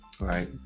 right